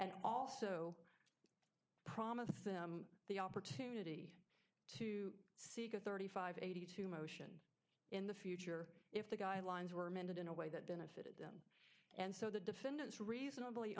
and also promised them the opportunity to seek a thirty five eighty two motion in the future if the guidelines were amended in a way that dennis and so the defendants reasonably